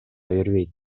бербейт